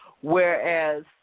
whereas